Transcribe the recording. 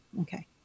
Okay